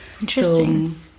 interesting